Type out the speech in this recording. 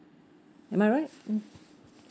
am I right mm